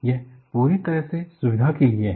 यह पूरी तरह से सुविधा के लिए है